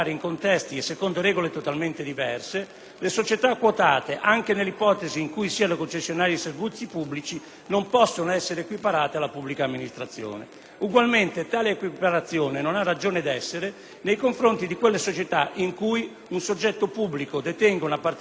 le società quotate, anche nelle ipotesi in cui siano concessionari di servizi pubblici, non possono essere equiparate alla pubblica amministrazione. Ugualmente, tale equiparazione non ha ragion d'essere nei confronti di quelle società in cui un soggetto pubblico detenga una partecipazione inferiore alla metà del capitale sociale.